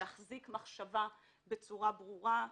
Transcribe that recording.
להחזיק מחשבה בצורה ברורה,